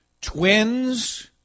Twins